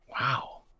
Wow